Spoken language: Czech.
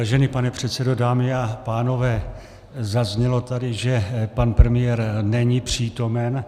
Vážený pane předsedo, dámy a pánové, zaznělo tady, že pan premiér není přítomen.